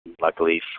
Luckily